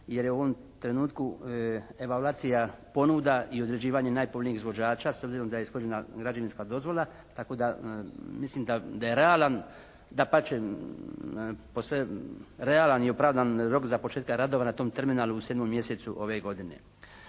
jer je u ovom trenutku evolvacija ponuda i određivanje najpogodnijeg izvođača s obzirom da je ishođena građevinska dozvola. Tako da mislim da je realan dapače posve realan i opravdan rok početka radova na tom terminalu u 7. mjesecu ove godine.